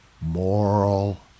moral